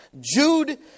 Jude